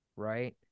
Right